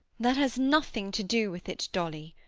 that has nothing to do with it, dolly.